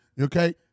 okay